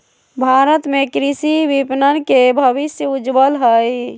भारत में कृषि विपणन के भविष्य उज्ज्वल हई